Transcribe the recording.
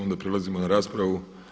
Onda prelazimo na raspravu.